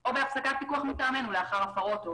או בהפסקת פיקוח מטעמנו לאחר הפרות.